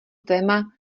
téma